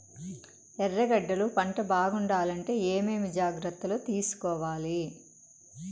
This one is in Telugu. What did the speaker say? ఎర్రగడ్డలు పంట బాగుండాలంటే ఏమేమి జాగ్రత్తలు తీసుకొవాలి?